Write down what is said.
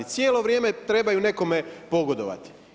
Cijelo vrijeme trebaju nekome pogodovati.